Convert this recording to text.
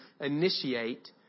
initiate